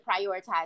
prioritize